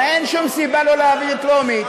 הרי אין שום סיבה שלא להעביר בטרומית.